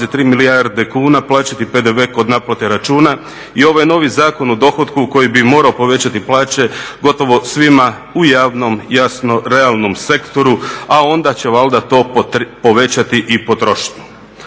3 milijarde kuna plaćati PDV kod naplate računa i ovaj novi Zakon o dohotku koji bi morao povećati plaće gotovo svima u javnom, jasno, realnom sektoru a onda će valjda to povećati i potrošnju.